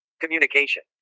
Communication